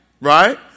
right